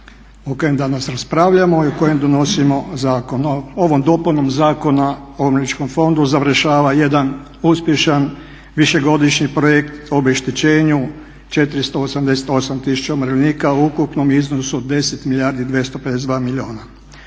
o kojem danas raspravljamo i o kojem donosimo zakon. Ovom dopunom Zakona o Umirovljeničkom fondu završava jedan uspješan višegodišnji projekt o obeštećenju 488 tisuća umirovljenika u ukupnom iznosu od 10 milijardi